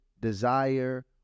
desire